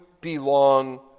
belong